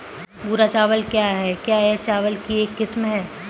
भूरा चावल क्या है? क्या यह चावल की एक किस्म है?